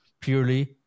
purely